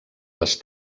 les